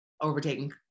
overtaking